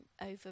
over